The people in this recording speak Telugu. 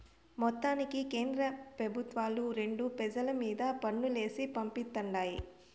మొత్తానికి కేంద్రరాష్ట్ర పెబుత్వాలు రెండు పెజల మీద పన్నులేసి పిప్పి చేత్తుండాయి